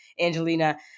Angelina